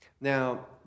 Now